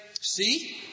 See